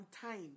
time